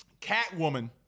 Catwoman